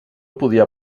podia